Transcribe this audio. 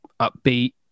upbeat